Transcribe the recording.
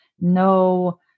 no